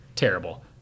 terrible